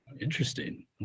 interesting